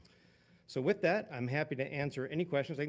so with that, i'm happy to answer any questions. i mean